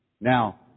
Now